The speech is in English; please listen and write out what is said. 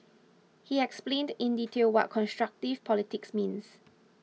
he explained in detail what constructive politics means